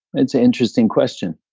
it's an interesting question.